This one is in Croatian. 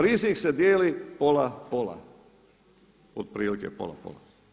Rizik se dijeli pola - pola, otprilike pola –pola.